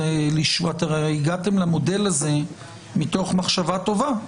הרי הגעתם למודל הזה מתוך מחשבה טובה.